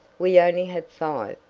we only have five,